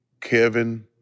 Kevin